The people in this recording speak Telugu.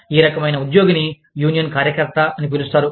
ఈ రకమైన ఉద్యోగిని యూనియన్ కార్యకర్త అని పిలుస్తారు